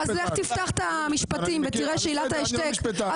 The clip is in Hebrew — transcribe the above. תפתח את המשפטים ותראה עילת ההשתק.